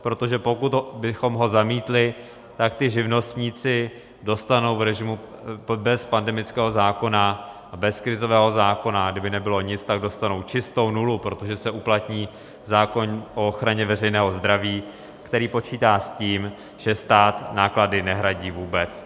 Protože pokud bychom ho zamítli, tak ti živnostníci dostanou v režimu bez pandemického zákona, bez krizového zákona, kdyby nebylo nic, dostanou čistou nulu, protože se uplatní zákon o ochraně veřejného zdraví, který počítá s tím, že stát náklady nehradí vůbec.